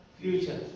future